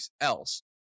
else